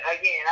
again